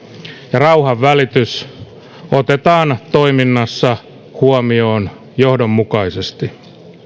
ja rauhanvälitys otetaan toiminnassa huomioon johdonmukaisesti